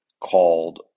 called